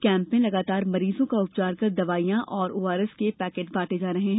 camp में लगातार मरीजो का उपचार कर दवाईया और ओआरएस के पैकेट बांटे जा रहे है